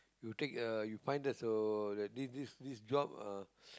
you take a you find there's a a this this this job uh